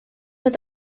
mit